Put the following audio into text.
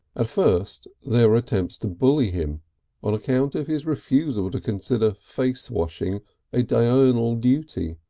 at first there were attempts to bully him on account of his refusal to consider face washing a diurnal duty,